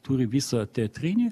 turi visą teatrinį